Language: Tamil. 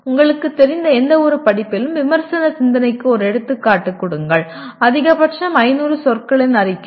உங்களுக்கு தெரிந்த எந்தவொரு படிப்பிலும் விமர்சன சிந்தனைக்கு ஒரு எடுத்துக்காட்டு கொடுங்கள் அதிகபட்சம் 500 சொற்களின் அறிக்கை